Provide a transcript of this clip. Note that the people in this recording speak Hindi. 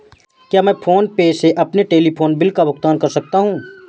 क्या मैं फोन पे से अपने टेलीफोन बिल का भुगतान कर सकता हूँ?